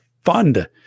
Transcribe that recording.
fund